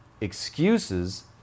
Excuses